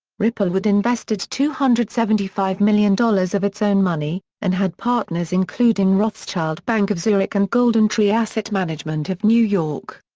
ripplewood invested two hundred and seventy five million dollars of its own money, and had partners including rothschild bank of zurich and goldentree asset management of new york.